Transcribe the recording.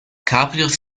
cabrios